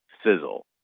sizzle